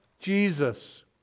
Jesus